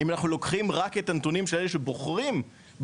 אם אנחנו לוקחים רק את הנתונים של אלה שבוחרים בגיור,